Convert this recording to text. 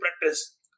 practice